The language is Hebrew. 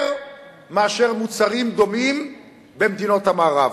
יותר מאשר מוצרים דומים במדינות המערב.